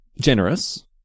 generous